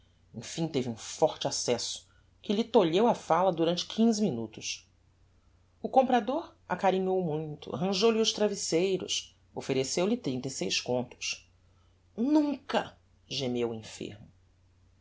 emfim teve um forte accesso que lhe tolheu a fala durante quinze minutos o comprador acarinhou o muito arranjou lhe os travesseiros offereceu-lhe trinta e seis contos nunca gemeu o enfermo